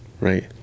right